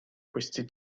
questi